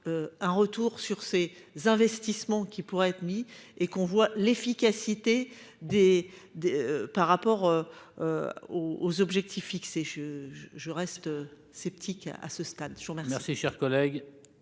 Un retour sur ses investissements qui pourraient être mis et qu'on voit l'efficacité des deux par rapport. Aux objectifs fixés. Je je je reste sceptique à ce stade. Merci